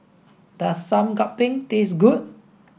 does Sup Kambing taste good